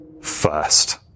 first